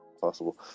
possible